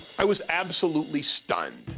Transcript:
i was absolutely stunned.